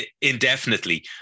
indefinitely